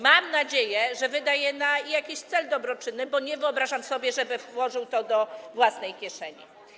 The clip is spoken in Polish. Mam nadzieję, że wyda je na jakiś cel dobroczynny, bo nie wyobrażam sobie, żeby włożył to do własnej kieszeni.